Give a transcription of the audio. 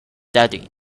daddy